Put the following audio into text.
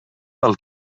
del